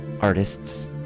artists